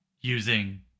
using